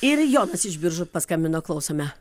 ir jonas iš biržų paskambino klausome